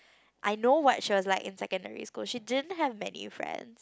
I know what she was like in secondary school she didn't have many friends